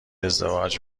ازدواج